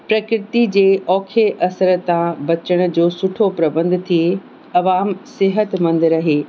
प्रकृति जे ओखे असर तां बचण जो सुठो प्रबंध थिए आवाम सेहतमंद रहे